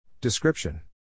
Description